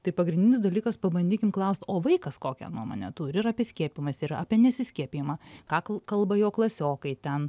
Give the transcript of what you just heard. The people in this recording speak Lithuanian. tai pagrindinis dalykas pabandykim klaust o vaikas kokią nuomonę turi ir apie skiepijimąsi ir apie nesiskiepijimą ką kl kalba jo klasiokai ten